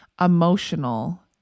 emotional